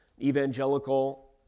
evangelical